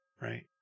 right